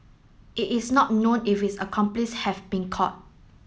it is not known if his accomplice have been caught